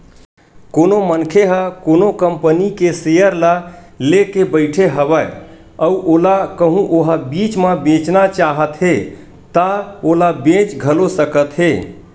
कोनो मनखे ह कोनो कंपनी के सेयर ल लेके बइठे हवय अउ ओला कहूँ ओहा बीच म बेचना चाहत हे ता ओला बेच घलो सकत हे